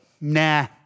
nah